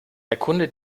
erkunde